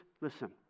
listen